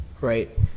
right